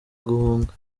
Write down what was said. guhunga